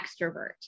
extrovert